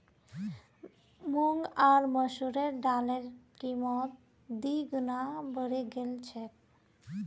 मूंग आर मसूरेर दालेर कीमत दी गुना बढ़े गेल छेक